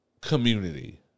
community